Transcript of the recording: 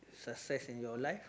success in your life